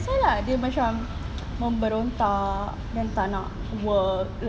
that's why lah dia macam memberontak then tak nak work